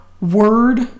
word